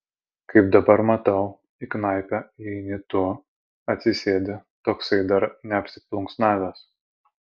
kaip dabar matau į knaipę įeini tu atsisėdi toksai dar neapsiplunksnavęs